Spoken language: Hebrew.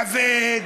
כבד.